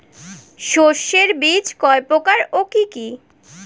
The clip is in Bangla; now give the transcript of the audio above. শস্যের বীজ কয় প্রকার ও কি কি?